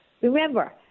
Remember